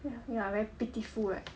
ya very pitiful right